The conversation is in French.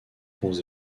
ponts